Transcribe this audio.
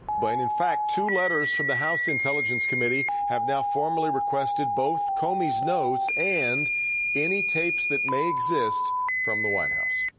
but and in fact, two letters from the house intelligence committee have now formally requested both comey's notes and any tapes that may exist from the white house.